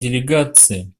делегации